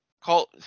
call